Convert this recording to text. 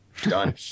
Done